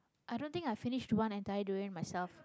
i don't think i finished one entire durian myself